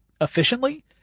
efficiently